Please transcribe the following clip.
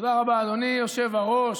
תודה רבה, אדוני היושב-ראש.